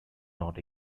not